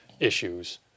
issues